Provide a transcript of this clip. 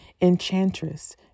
Enchantress